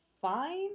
fine